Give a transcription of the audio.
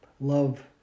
love